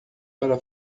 para